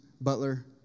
butler